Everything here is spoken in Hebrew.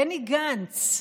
בני גנץ,